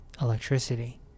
electricity